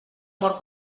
mor